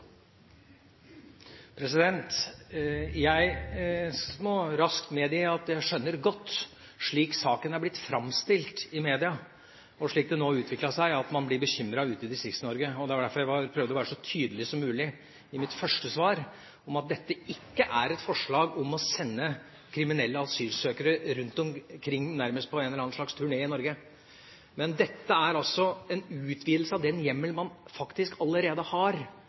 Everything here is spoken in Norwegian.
Jeg må raskt medgi at jeg skjønner godt, slik saken er blitt framstilt i media, og slik den nå har utviklet seg, at man blir bekymret ute i Distrikts-Norge. Det var derfor jeg prøvde å være så tydelig som mulig i mitt første svar, at dette ikke er et forslag om å sende kriminelle asylsøkere rundt omkring nærmest på en turné i Norge. Men dette er en utvidelse av den hjemmelen man faktisk allerede har